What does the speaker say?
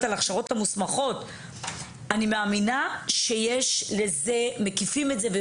ההכשרות המוסמכות שלנו מקיפים את זה.